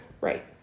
Right